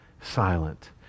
silent